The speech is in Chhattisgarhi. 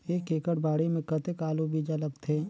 एक एकड़ बाड़ी मे कतेक आलू बीजा लगथे?